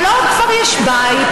אבל לו כבר יש בית,